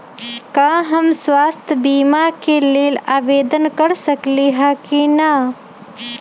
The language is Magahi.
का हम स्वास्थ्य बीमा के लेल आवेदन कर सकली ह की न?